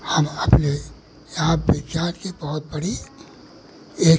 हम अपने यहाँ विज्ञान की बहुत बड़ी एक